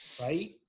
right